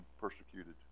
persecuted